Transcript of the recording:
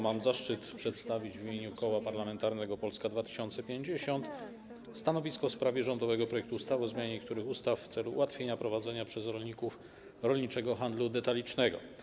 Mam zaszczyt przedstawić w imieniu Koła Parlamentarnego Polska 2050 stanowisko w sprawie rządowego projektu ustawy o zmianie niektórych ustaw w celu ułatwienia prowadzenia przez rolników rolniczego handlu detalicznego.